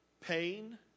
Pain